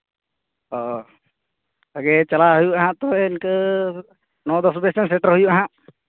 ᱦᱚᱸ ᱟᱜᱮ ᱪᱟᱞᱟᱜ ᱦᱩᱭᱩᱜ ᱦᱟᱜ ᱛᱚ ᱤᱱᱠᱟᱹ ᱱᱚ ᱫᱚᱥ ᱵᱟᱡᱮ ᱥᱮᱫ ᱥᱮᱴᱮᱨᱚᱜ ᱦᱩᱭᱩᱜᱼᱟ ᱦᱟᱸᱜ